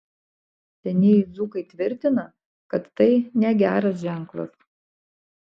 senieji dzūkai tvirtina kad tai negeras ženklas